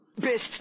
Best